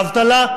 האבטלה,